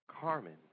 Carmen